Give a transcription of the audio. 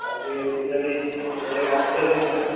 પછે delivery ઘરે આપી જશો અમને